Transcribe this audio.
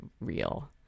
real